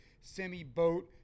semi-boat